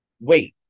wait